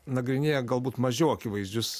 nagrinėja galbūt mažiau akivaizdžius